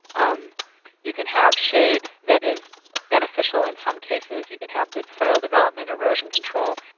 um you can have shade that is beneficial in some cases, you can have good soil development, erosion control.